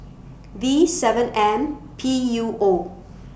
V seven M P U O